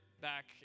back